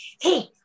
hey